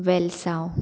वेलसांव